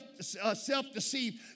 self-deceived